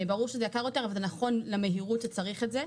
ברור שזה יקר יותר וזה נכון למהירות שצריך את זה.